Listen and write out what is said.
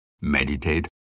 Meditate